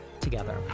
together